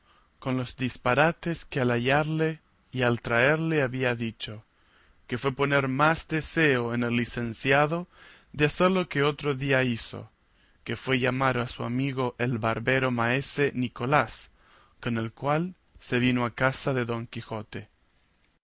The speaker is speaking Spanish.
con los disparates que al hallarle y al traerle había dicho que fue poner más deseo en el licenciado de hacer lo que otro día hizo que fue llamar a su amigo el barbero maese nicolás con el cual se vino a casa de don quijote